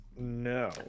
No